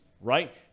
right